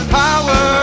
power